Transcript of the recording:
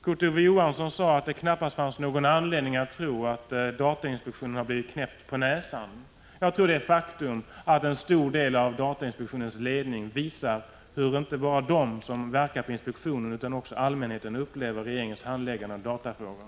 Kurt Ove Johansson sade att det knappast finns någon anledning att tro att datainspektionen har blivit knäppt på näsan. Det är emellertid ett faktum att en stor del av datainspektionens ledning har visat hur inte bara de som verkar på inspektionen utan också allmänheten upplever regeringens handlägeande av datafrågor.